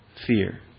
fear